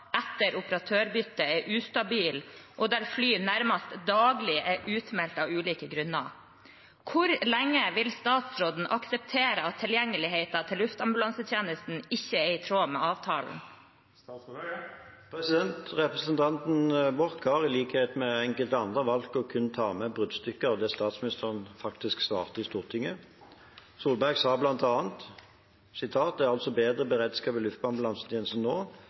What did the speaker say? etter operatørbyttet er ustabil, og der fly nærmest daglig er utmeldt av ulike grunner. Hvor lenge vil statsråden akseptere at tilgjengeligheten til luftambulansetjenesten ikke er i tråd med avtalen?» Representanten Borch har i likhet med enkelte andre valgt å kun ta med bruddstykker av det statsministeren faktisk svarte i Stortinget. Erna Solberg sa bl.a.: «Det er altså bedre beredskap i luftambulansetjenesten nå